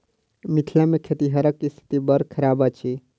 मिथिला मे खेतिहरक स्थिति बड़ खराब अछि